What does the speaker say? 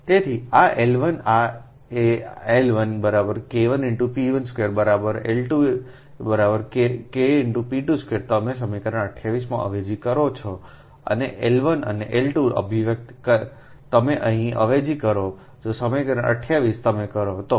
તેથી આ L1 આL1K×P12બરાબર અનેL2K×P22તમે સમીકરણ 28 માં અવેજી કરો છો આ L 1 અને L 2 અભિવ્યક્તિ તમે અહીં અવેજી કરો જો સમીકરણ 28 તમે કરો તો